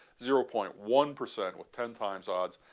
zero point one percent with ten times odds,